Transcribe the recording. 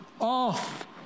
off